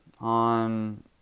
on